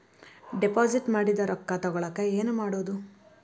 Deposit ಮಾಡಿದ ರೊಕ್ಕ ತಗೋಳಕ್ಕೆ ಏನು ಮಾಡೋದು?